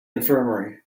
infirmary